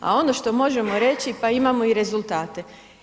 A ono što možemo reći, pa imamo i rezultate.